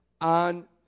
on